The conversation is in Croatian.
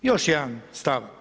Još jedan stav.